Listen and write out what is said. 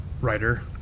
writer